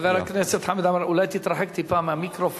חבר הכנסת חמד עמאר, אולי תתרחק טיפה מהמיקרופון.